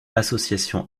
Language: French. association